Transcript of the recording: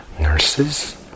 nurses